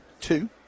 two